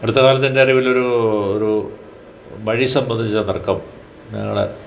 അടുത്തകാലത്ത് എൻ്റെ അറിവിൽ ഒരു ഒരു വഴി സംബന്ധിച്ച് തർക്കം ഞങ്ങളെ